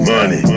Money